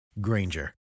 Granger